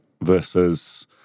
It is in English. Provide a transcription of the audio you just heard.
versus